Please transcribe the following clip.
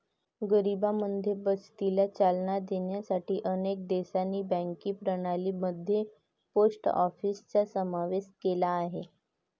गरिबांमध्ये बचतीला चालना देण्यासाठी अनेक देशांनी बँकिंग प्रणाली मध्ये पोस्ट ऑफिसचा समावेश केला आहे